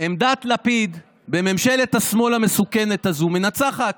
עמדת לפיד, בממשלת השמאל המסוכנת הזו, מנצחת.